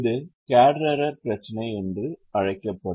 இது கேடெரெர் பிரச்சினை என்றும் அழைக்கப்படும்